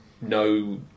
no